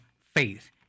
faith